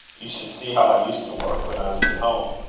you should see how i used to work when i was at home.